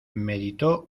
meditó